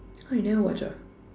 !huh! you never watch ah